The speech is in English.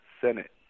Senate